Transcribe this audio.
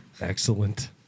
Excellent